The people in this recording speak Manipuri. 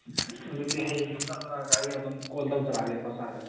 ꯑꯗꯨꯗꯤ ꯍꯌꯦꯡꯗꯨ ꯆꯠꯂꯒ ꯑꯩ ꯑꯗꯨꯝ ꯀꯣꯜ ꯇꯧꯖꯔꯛꯑꯒꯦꯀꯣ ꯁꯥꯔꯗ